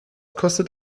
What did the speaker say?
kostet